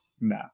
no